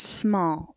small